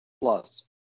Plus